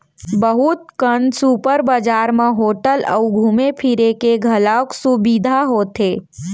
बहुत कन सुपर बजार म होटल अउ घूमे फिरे के घलौक सुबिधा होथे